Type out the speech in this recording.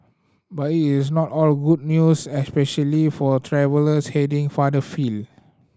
but it is not all good news especially for travellers heading farther afield